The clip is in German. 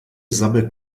sabbelt